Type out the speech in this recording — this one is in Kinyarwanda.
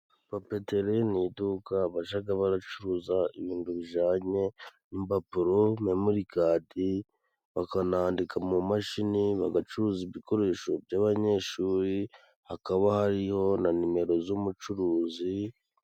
Papeteri ni iduka bajaga baracuruza, ibintu bijanye n'impapuro, memorikadi bakanandika mu mashini. Bagacuruza ibikoresho by'abanyeshuri, hakaba hariho na numero z'umucuruzi.